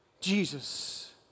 Jesus